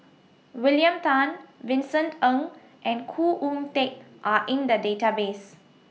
William Tan Vincent Ng and Khoo Oon Teik Are in The Database